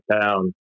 town